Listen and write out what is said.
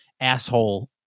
asshole